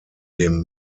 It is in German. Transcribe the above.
dem